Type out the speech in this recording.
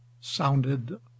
sounded